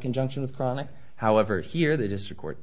conjunction with chronic however here they just record